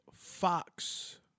Fox